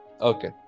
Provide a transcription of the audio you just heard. okay